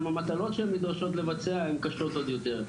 המטלות שהן נדרשות לבצע הן קשות עוד יותר,